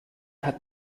hat